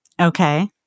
Okay